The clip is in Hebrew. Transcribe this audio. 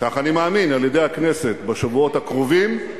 כך אני מאמין, על-ידי הכנסת בשבועות הקרובים,